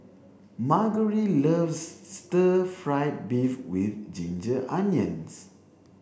Margery loves stir fried beef with ginger onions